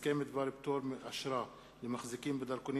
הסכם בדבר פטור מאשרה למחזיקים בדרכונים